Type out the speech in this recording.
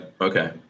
Okay